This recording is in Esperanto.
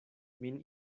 min